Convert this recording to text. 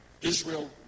Israel